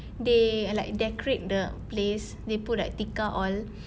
they like decorate the place they put like tikar all